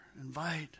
invite